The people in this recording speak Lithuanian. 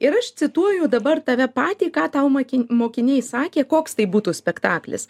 ir aš cituoju dabar tave patį ką tau maki mokiniai sakė koks tai būtų spektaklis